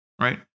right